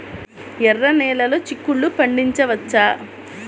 ఎర్ర నెలలో చిక్కుల్లో పండించవచ్చా?